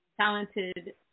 talented